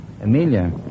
Amelia